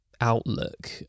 outlook